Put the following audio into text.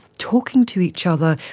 talking to each other,